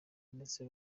ndetse